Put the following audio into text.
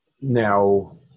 Now